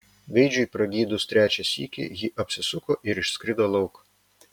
gaidžiui pragydus trečią sykį ji apsisuko ir išskrido lauk